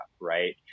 right